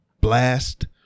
blast